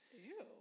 Ew